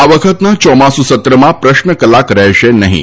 આ વખતના ચોમાસુ સત્રમાં પ્રશ્ન કલાક રહેશે નહિં